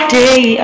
day